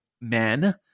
men